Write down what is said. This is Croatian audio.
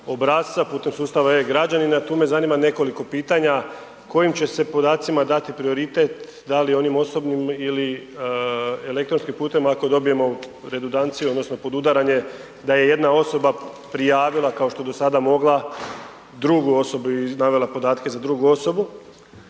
obrasca putem sustava e-Građanina. Tu me zanima nekoliko pitanja. Kojim će se podacima dati prioritet, da li onim osobnim ili elektronskim putem ako dobijemo redundancije odnosno podudaranje da je jedna osoba prijavila kao što je do sada mogla drugu osobu i navela podatke za drugu osobu,